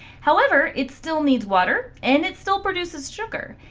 however, it still needs water and it still produces sugar.